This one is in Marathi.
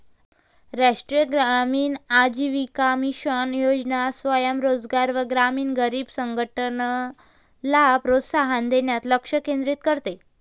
राष्ट्रीय ग्रामीण आजीविका मिशन योजना स्वयं रोजगार व ग्रामीण गरीब संघटनला प्रोत्साहन देण्यास लक्ष केंद्रित करते